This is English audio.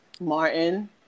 Martin